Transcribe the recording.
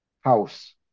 house